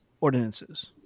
ordinances